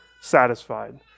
satisfied